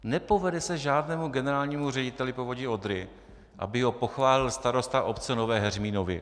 Nepovede se žádnému generálnímu řediteli Povodí Odry, aby ho pochválil starosta obce Nové Heřminovy.